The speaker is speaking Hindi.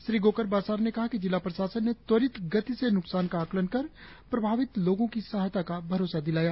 श्री गोकर बासार ने कहा कि जिला प्रशासन ने त्वरित गति से न्कसान का आकलन कर प्रभावित लोगों की सहायता का भरोसा दिलाया